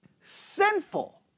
sinful